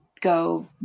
go